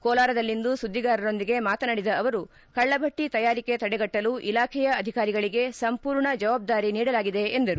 ಕೋಲಾರದಲ್ಲಿಂದು ಸುದ್ದಿಗಾರರೊಂದಿಗೆ ಮಾತನಾಡಿದ ಅವರು ಕಳ್ಳಭಟ್ಟಿ ತಯಾರಿಕೆ ತಡೆಗಟ್ಟಲು ಇಲಾಖೆಯ ಅಧಿಕಾರಿಗಳಿಗೆ ಸಂಪೂರ್ಣ ಜವಾಬ್ದಾರಿ ನೀಡಲಾಗಿದೆ ಎಂದರು